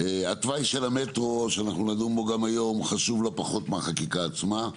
התוואי של המטרו שאנחנו נדון בו גם היום חשוב לא פחות מהחקיקה עצמה,